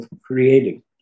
creating